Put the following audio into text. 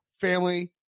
family